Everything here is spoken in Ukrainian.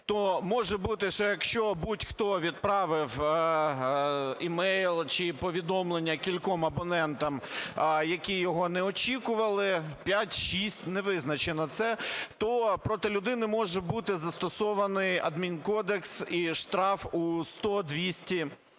то може бути, що якщо будь-хто відправив e-mail чи повідомлення кільком абонентам, які його не очікували, 5-6, невизначено це, то проти людини може бути застосований адмінкодекс і штраф у 100-200